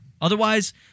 otherwise